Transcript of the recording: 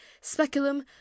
speculum